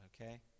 okay